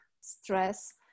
stress